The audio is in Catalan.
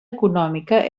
econòmica